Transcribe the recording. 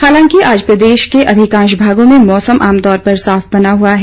हालांकि आज प्रदेश के अधिकांश भागों में मौसम आमतौर पर साफ बना हुआ है